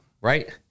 Right